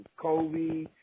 Kobe